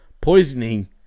poisoning